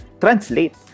translate